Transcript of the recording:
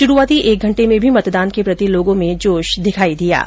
शुरूआती एक घंटे में भी मतदान के प्रति लोगों में जोश दिखाई दे रहा है